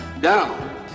down